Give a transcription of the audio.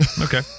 Okay